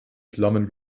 flammen